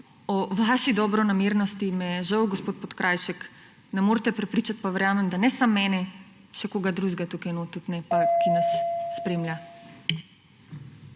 o vaši dobronamernosti, mi je žal, gospod Podkrajšek, ne morete prepričati, pa verjamem, da ne samo mene, pa še koga drugega tukaj notri tudi ne, ki nas spremlja.